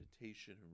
meditation